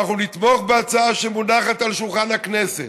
אנחנו נתמוך בהצעה שמונחת על שולחן הכנסת.